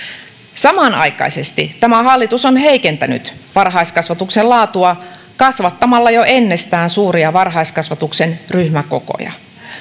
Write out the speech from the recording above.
samanaikaisesti tämä hallitus on heikentänyt varhaiskasvatuksen laatua kasvattamalla jo ennestään suuria varhaiskasvatuksen ryhmäkokoja